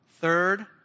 Third